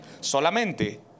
Solamente